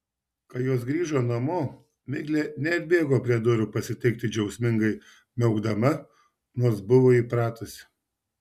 kai jos grįžo namo miglė neatbėgo prie durų pasitikti džiaugsmingai miaukdama nors buvo įpratusi